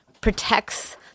protects